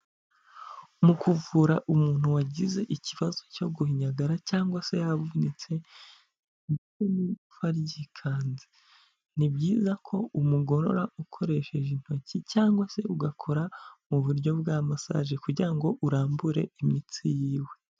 Mu kuvura umuntu wagize ikibazo cyo guhinyagara, cyangwa se yavunitse igufa ryikanze. Ni byiza ko umugorora ukoresheje intoki, cyangwa se ugakora mu buryo bwa massage kugira ngo urambure imitsi yiwe.